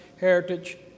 Heritage